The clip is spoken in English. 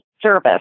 service